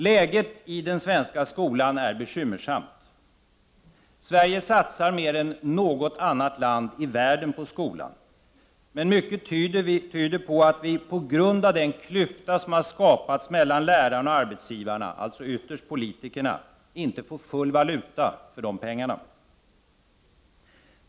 Läget i den svenska skolan är bekymmersamt. Sverige satsar mer än något annat land på skolan, men mycket tyder på att vi på grund av den klyfta som har skapats mellan lärarna och arbetsgivarna — ytterst alltså politikerna — inte får full valuta för de pengarna.